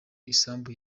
isambu